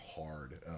hard